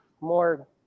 more